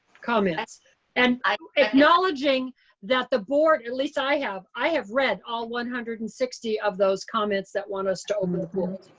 comments and acknowledging that the board, at least i have, i have read all one hundred and sixty of those comments that want us to open the